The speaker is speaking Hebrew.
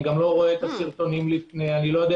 אני גם לא רואה את הסרטונים לפני.